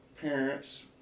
parents